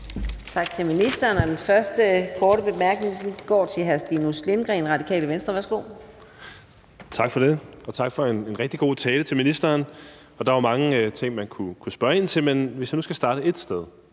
Tak til ministeren. Den første korte bemærkning går til hr. Stinus Lindgreen, Radikale Venstre. Værsgo. Kl. 15:48 Stinus Lindgreen (RV): Tak for det. Og tak til ministeren for en rigtig god tale. Der var mange ting, man kunne spørge ind til, men hvis jeg nu skal starte et sted,